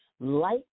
Light